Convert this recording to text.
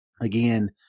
again